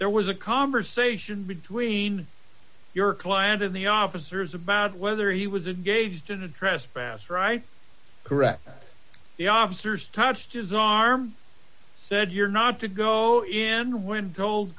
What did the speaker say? there was a conversation between your client of the officers about whether he was engaged in a trespass right correct the officers touched his arm said you're not to go in when cold